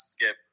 Skip